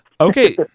Okay